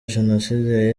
jenoside